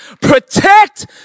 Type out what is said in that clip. Protect